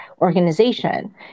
organization